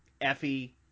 Effie